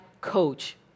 coach